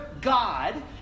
God